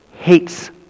hates